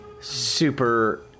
super